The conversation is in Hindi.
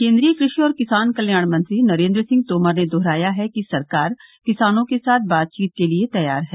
केन्द्रीय कृषि और किसान कल्याण मंत्री नरेन्द्र सिंह तोमर ने दोहराया है कि सरकार किसानों के साथ बातचीत के लिए तैयार है